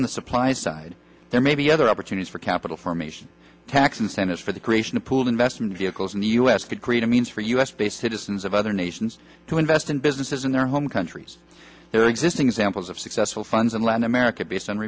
on the supply side there may be other opportunities for capital formation tax incentives for the creation of pooled investment vehicles in the u s could create a means for u s based citizens of other nations to invest in businesses in their home countries their existing examples of successful funds in latin america based on